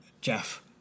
Jeff